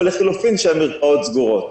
או לחילופין כשהמרפאות סגורות.